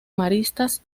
maristas